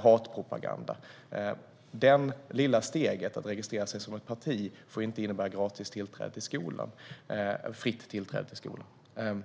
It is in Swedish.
hatpropaganda. Det lilla steget att registrera sig som ett parti får inte innebära fritt tillträde till skolan.